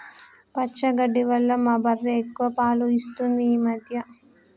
పచ్చగడ్డి వల్ల మా బర్రె ఎక్కువ పాలు ఇస్తుంది ఈ మధ్య